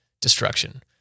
destruction